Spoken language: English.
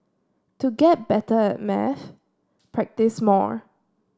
to get better at maths practise more